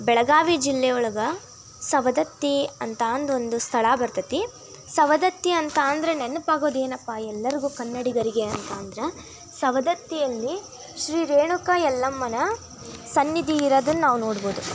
ಬೆಳಗಾವಿ ಜಿಲ್ಲೆಯೊಳಗೆ ಸವದತ್ತಿ ಅಂತ ಅಂದು ಒಂದು ಸ್ಥಳ ಬರ್ತತೆ ಸವದತ್ತಿ ಅಂತ ಅಂದರೆ ನೆನಪಾಗೋದು ಏನಪ್ಪ ಎಲ್ಲರಿಗು ಕನ್ನಡಿಗರಿಗೆ ಅಂತ ಅಂದ್ರೆ ಸವದತ್ತಿಯಲ್ಲಿ ಶ್ರೀ ರೇಣುಕಾ ಯಲ್ಲಮ್ಮನ ಸನ್ನಿಧಿ ಇರೋದನ್ನು ನಾವು ನೋಡ್ಬೌದು